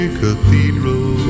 cathedral